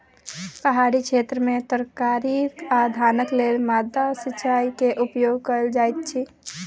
पहाड़ी क्षेत्र में तरकारी आ धानक लेल माद्दा सिचाई के उपयोग कयल जाइत अछि